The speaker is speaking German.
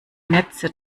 netze